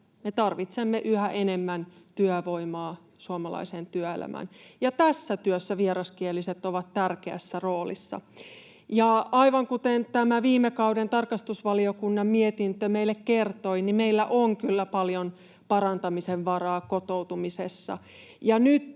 me tarvitsemme yhä enemmän työvoimaa suomalaiseen työelämään ja tässä työssä vieraskieliset ovat tärkeässä roolissa. Aivan kuten tämä viime kauden tarkastusvaliokunnan mietintö meille kertoi, meillä on kyllä paljon parantamisen varaa kotoutumisessa,